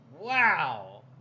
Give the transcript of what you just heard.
Wow